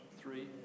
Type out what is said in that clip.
three